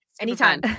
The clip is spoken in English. Anytime